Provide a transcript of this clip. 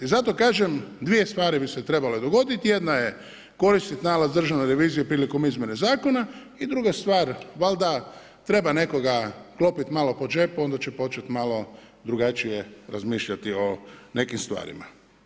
Zato kažem, dvije stvari bi se trebale dogoditi, jedna je koristiti nalaz državne revizije prilikom izmjene zakona i druga stvar valjda treba nekoga klopiti malo po džepu onda će početi malo drugačije razmišljati o nekim stvarima.